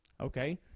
Okay